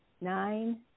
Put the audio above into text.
nine